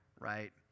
Right